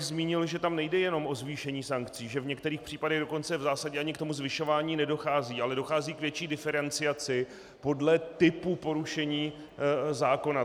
Zmínil bych, že tam nejde jen o zvýšení sankcí, že v některých případech dokonce v zásadě k tomu zvyšování ani nedochází, ale dochází k větší diferenciaci podle typu porušení zákona.